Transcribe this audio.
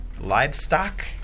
livestock